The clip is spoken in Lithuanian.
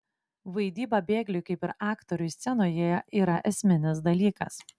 vaidyba bėgliui kaip ir aktoriui scenoje yra esminis dalykas